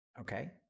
Okay